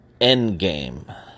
Endgame